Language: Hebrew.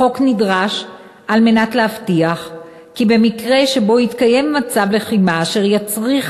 החוק נדרש כדי להבטיח כי במקרה שבו יתקיים מצב לחימה אשר יצריך